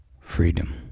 freedom